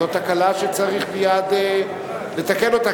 זאת תקלה שצריך מייד לתקן אותה,